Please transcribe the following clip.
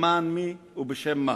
למען מי ובשם מה?